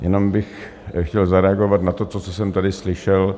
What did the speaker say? Jenom bych chtěl zareagovat na to, co jsem tady slyšel.